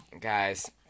Guys